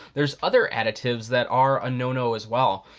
there's other additives that are a no-no as well.